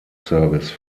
service